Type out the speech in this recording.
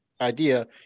idea